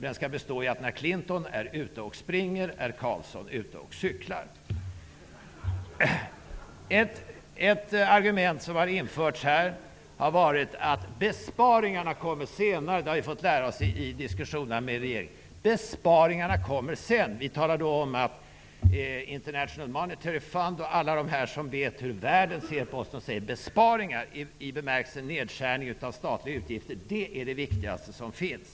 Den skall bestå i att när Clinton är ute och springer är Carlsson ute och cyklar. Ett argument som har införts här har varit att besparingarna kommer senare. Detta har vi fått lära oss vid diskussionerna med regeringen. Besparingarna kommer sedan. International Monetary Fund och alla de som vet hur världen ser på Sverige säger: ''Besparingar i bemärkelsen nedskärningar utav statliga utgifter är det viktigaste som finns.''